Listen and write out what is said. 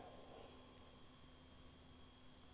what else 你要说 sia